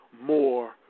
more